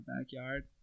backyard